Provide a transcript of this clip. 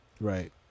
Right